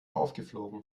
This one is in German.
aufgeflogen